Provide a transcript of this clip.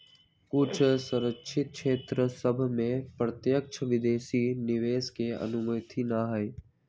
कुछ सँरक्षित क्षेत्र सभ में प्रत्यक्ष विदेशी निवेश के अनुमति न हइ